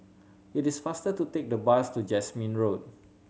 it is faster to take the bus to Jasmine Road